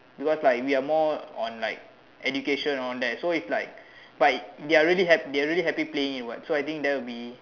because like we are more on like the education all that so is like but they are really they are really happy playing so that will be